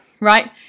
right